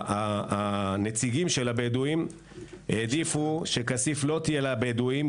הנציגים של הבדואים העדיפו שכסיף לא תהיה לבדואים,